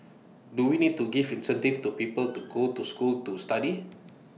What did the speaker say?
do we need to give incentives to people to go to school to study